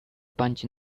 punch